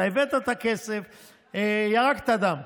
אתה הבאת את הכסף, ירקת דם,